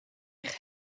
eich